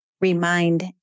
remind